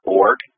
org